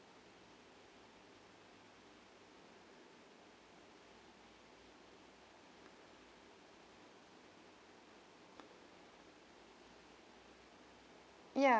ya